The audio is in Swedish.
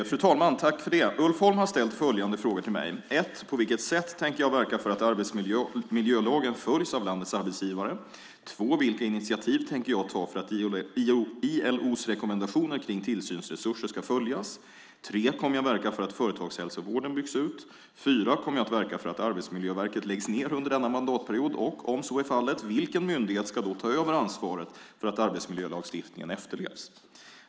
Fru talman! Ulf Holm har ställt följande frågor till mig. 1. På vilket sätt tänker jag verka för att arbetsmiljölagen följs av landets arbetsgivare? 2. Vilka initiativ tänker jag ta för att ILO:s rekommendationer kring tillsynsresurser ska följas? 3. Kommer jag att verka för att företagshälsovården byggs ut? 4. Kommer jag att verka för att Arbetsmiljöverket läggs ned under denna mandatperiod och, om så är fallet, vilken myndighet ska då ta över ansvaret för att arbetsmiljölagstiftningen efterlevs?